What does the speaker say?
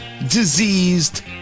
diseased